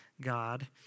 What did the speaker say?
God